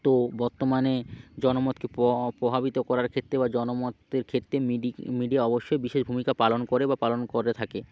তো বর্তমানে জনমতকে প্রভাবিত করার ক্ষেত্রে বা জনমতের ক্ষেত্রে মিডিক মিডিয়া অবশ্যই বিশেষ ভূমিকা পালন করে বা পালন করে থাকে